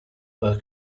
were